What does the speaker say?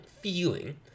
feeling